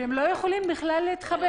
והם לא יכולים להתחבר.